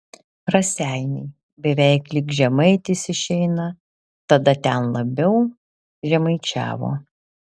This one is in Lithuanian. raseiniai beveik lyg žemaitis išeina tada ten labiau žemaičiavo